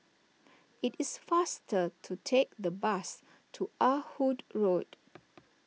it is faster to take the bus to Ah Hood Road